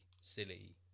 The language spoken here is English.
silly